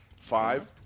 Five